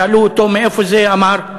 כששאלו אותו מאיפה זה הוא אמר: